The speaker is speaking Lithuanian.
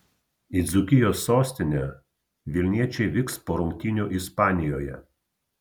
į dzūkijos sostinę vilniečiai vyks po rungtynių ispanijoje